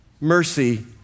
mercy